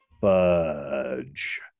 fudge